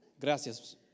Gracias